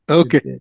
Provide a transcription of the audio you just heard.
okay